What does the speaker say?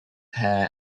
hair